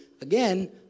Again